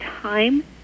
time